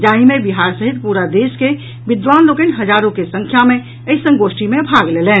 जाहि मे बिहार सहित पूरा देश के विद्वान लोकनि हजारो के संख्या मे एहि संगोष्ठी मे भाग लेलनि